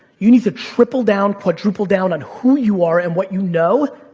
you need to triple down, quadruple down on who you are and what you know,